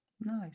nice